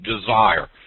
desire